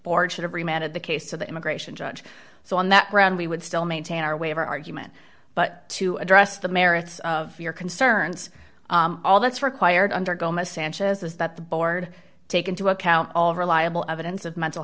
that every man of the case of the immigration judge so on that ground we would still maintain our way of argument but to address the merits of your concerns all that's required under gomez sanchez is that the board take into account all reliable evidence of mental